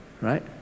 Right